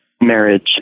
marriage